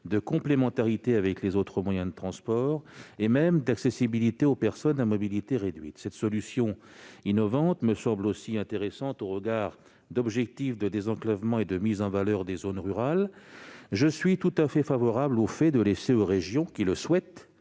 de complémentarité avec les autres moyens de transport et même d'accessibilité aux personnes à mobilité réduite. Cette solution innovante me semble aussi intéressante au regard d'objectifs de désenclavement et de mise en valeur des zones rurales. Je suis tout à fait favorable au fait de laisser aux régions qui le souhaitent